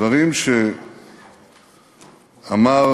דברים שאמר